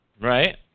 Right